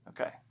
Okay